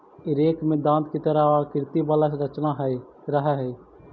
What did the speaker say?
rake में दाँत के तरह आकृति वाला रचना रहऽ हई